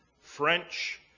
French